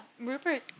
Rupert